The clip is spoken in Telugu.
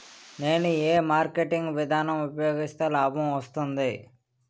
నేను ఏ మార్కెటింగ్ విధానం ఉపయోగిస్తే లాభం వస్తుంది?